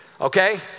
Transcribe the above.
okay